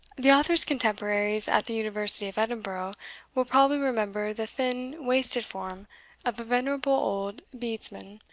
the author's contemporaries at the university of edinburgh will probably remember the thin, wasted form of a venerable old bedesman,